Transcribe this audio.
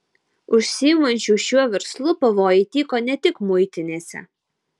užsiimančių šiuo verslu pavojai tyko ne tik muitinėse